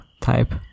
type